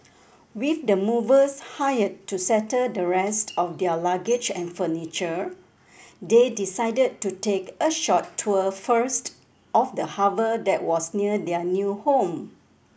with the movers hired to settle the rest of their luggage and furniture they decided to take a short tour first of the harbour that was near their new home